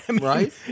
right